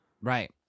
right